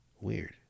Weird